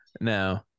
No